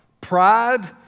Pride